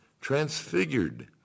transfigured